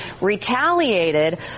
retaliated